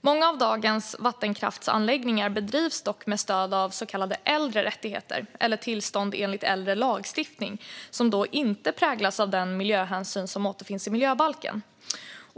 Många av dagens vattenkraftsanläggningar bedrivs dock med stöd av så kallade äldre rättigheter eller tillstånd enligt äldre lagstiftning som inte präglas av den miljöhänsyn som återfinns i miljöbalken.